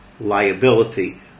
liability